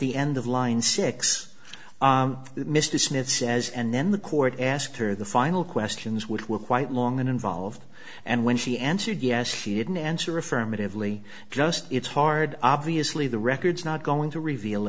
the end of line six mr smith says and then the court asked her the final questions which were quite long and involved and when she answered yes he didn't answer affirmatively just it's hard obviously the records not going to reveal